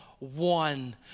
One